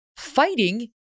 Fighting